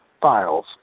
Files